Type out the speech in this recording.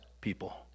people